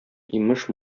имеш